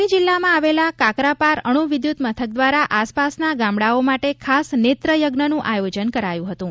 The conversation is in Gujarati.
તાપી જિલ્લામાં આવેલા કાકરાપાર અણુ વિદ્યુત મથક દ્વારા આસપાસના ગામડાંઓ માટે ખાસ નેત્ર યજ્ઞનું આયોજન કરાયું હતું